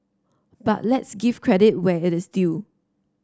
but let's give credit where it is due